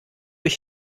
ich